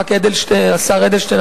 השר אדלשטיין,